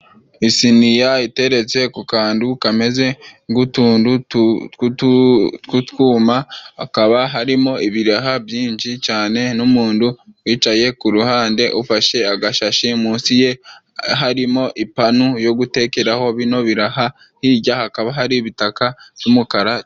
Isiniya iteretse ku kantu kameze nk'utuntu tw'utwuma, hakaba harimo ibiraha byinshi cane, n'umuntu wicaye ku ruhande ufashe agashashi. Munsi ye harimo ipanu yo gutekeraho bino biraha. Hirya hakaba hari ibitaka by'umukara...